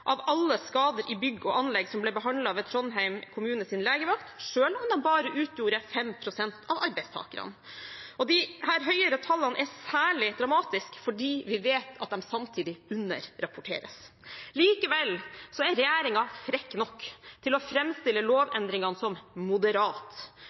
av alle skader i bygg og anlegg som ble behandlet ved Trondheim kommunes legevakt, selv om de bare utgjorde 5 pst. av arbeidstakerne. Disse høyere tallene er særlig dramatiske fordi vi vet at det samtidig underrapporteres. Likevel er regjeringen frekk nok til å framstille lovendringene som